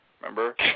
Remember